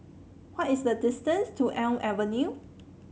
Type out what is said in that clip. what is the distance to Elm Avenue